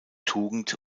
tugend